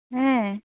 ᱦᱮᱸ